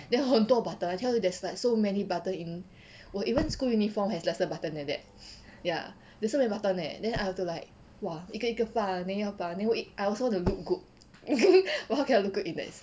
then 很多 button I tell you there's like so many button in 我 even school uniform has lesser button than that ya there' so many button eh then I have to like !wah! 一个一个把 then 要把 then I also want to look good but how I can look good in that